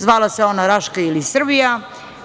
Zvala se ona Raška ili Srbija,